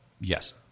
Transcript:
Yes